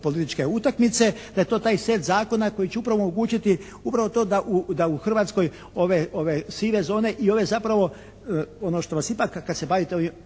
političke utakmice. Da je to taj set zakona koji će upravo omogućiti upravo to da u Hrvatskoj ove sive zone i ove zapravo, ono što vas ipak kad se bavite